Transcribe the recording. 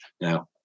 Now